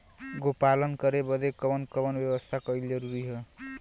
गोपालन करे बदे कवन कवन व्यवस्था कइल जरूरी ह?